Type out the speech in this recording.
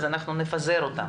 אז אנחנו נפזר אותן.